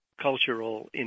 cultural